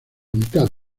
mitad